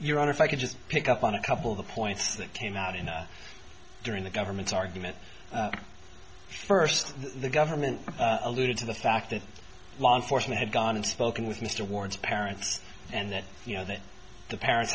your honor if i could just pick up on a couple of the points that came out in the during the government's argument first the government alluded to the fact that law enforcement had gone in spoken with mr ward's parents and that you know that the parents